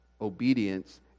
obedience